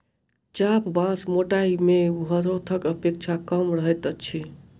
चाभ बाँस मोटाइ मे हरोथक अपेक्षा कम रहैत अछि